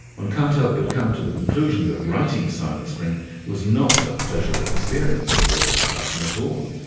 one can't help but come to the conclusion that writing silent spring was not a pleasurable experience for rachel carson at all,